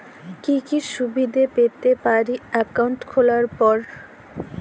কি কি সুবিধে পেতে পারি একাউন্ট খোলার পর?